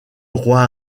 roi